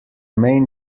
main